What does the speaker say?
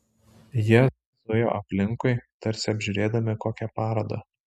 jie zujo aplinkui tarsi apžiūrinėdami kokią parodą